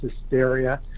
hysteria